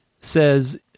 says